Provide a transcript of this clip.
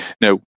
Now